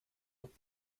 with